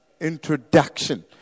introduction